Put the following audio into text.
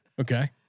Okay